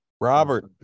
Robert